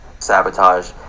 sabotage